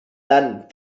tant